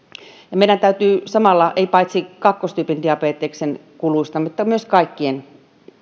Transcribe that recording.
meidän täytyy samalla huolehtia paitsi kakkostyypin diabeteksen kuluista mutta myös kaikkien